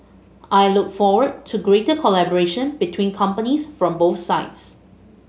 I look forward to greater collaboration between companies from both sides